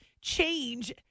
change